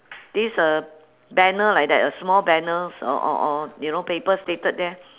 this uh banner like that a small banner or or or you know papers stated there